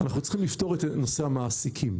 אנחנו צריכים לפתור את נושא המעסיקים.